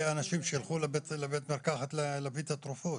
אנשים שילכו לבית מרקחת להביא את התרופות,